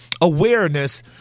awareness